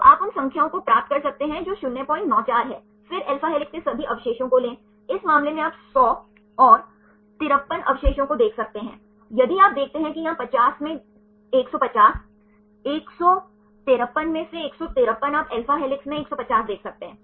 तो आप उन संख्याओं को प्राप्त कर सकते हैं जो 094 है फिर alpha हेलिक्स के सभी अवशेषों को लें इस मामले में आप 100 और 53 अवशेषों को देख सकते हैं यदि आप देखते हैं कि यहाँ 50 में 150 153 में से 153 आप alpha हेलिक्स में 150 देख सकते हैं